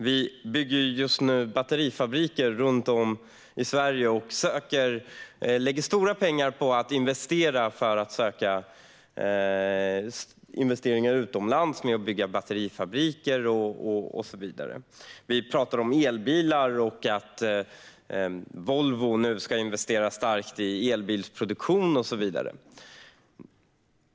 Vi bygger just nu batterifabriker runt om i Sverige och lägger stora pengar på det och på att söka investerare utomlands. Vi talar om elbilar och att Volvo ska investera starkt i elbilsproduktion och så vidare.